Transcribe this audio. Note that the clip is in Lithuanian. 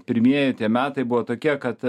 pirmieji metai buvo tokie kad